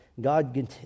God